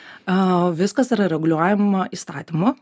viskas yra reguliuojama įstatymu